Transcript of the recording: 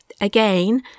Again